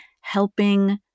helping